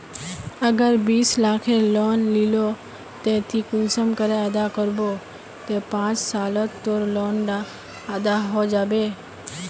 अगर बीस लाखेर लोन लिलो ते ती कुंसम करे अदा करबो ते पाँच सालोत तोर लोन डा अदा है जाबे?